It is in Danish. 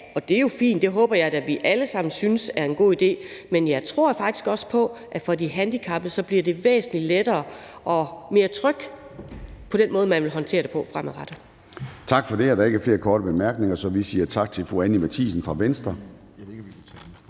og det er jo fint. Det håber jeg da vi alle sammen synes er en god idé. Men jeg tror faktisk også på, at for de handicappede bliver det væsentlig lettere og mere trygt med den måde, man vil håndtere det på fremadrettet. Kl. 10:40 Formanden (Søren Gade): Tak for det. Der er ikke flere korte bemærkninger, så vi siger tak til fru Anni Matthiesen fra Venstre.